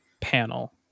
panel